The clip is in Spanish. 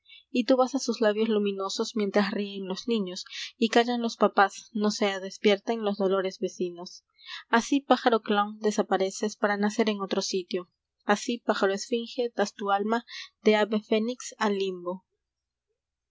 tú vas a sus labios luminosos mientras ríen los niños y callan los papás no sea despierten los dolores vecinos así pájaro clonw desapareces lsra nacer en otro sitio asi pájaro esfinge das tu alma de ave fénix al limbo